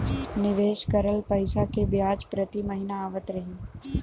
निवेश करल पैसा के ब्याज प्रति महीना आवत रही?